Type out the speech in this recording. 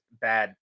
bad